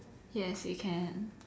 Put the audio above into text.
yes we can